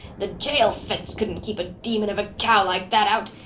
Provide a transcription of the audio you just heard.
the jail fence couldn't keep a demon of a cow like that out.